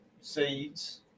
seeds